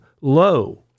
low